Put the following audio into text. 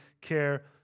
care